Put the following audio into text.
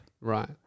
Right